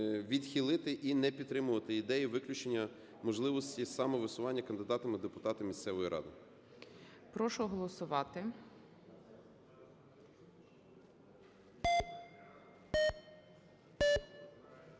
відхилити і не підтримувати ідею виключення можливості самовисування кандидатами у депутати місцевої ради.